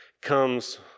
comes